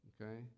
okay